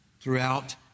throughout